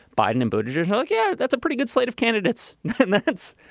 biden and bush is just. ah like yeah that's a pretty good slate of candidates methods.